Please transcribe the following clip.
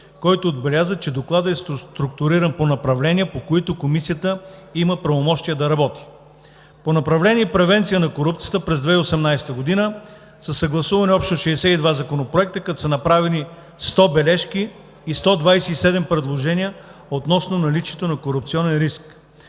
който отбеляза, че Докладът е структуриран по направления, по които Комисията има правомощия да работи. По направление „Превенция на корупцията“ през 2018 г. са съгласувани общо 62 законопроекта, като са направени 100 бележки и 127 предложения относно наличието на корупционен риск.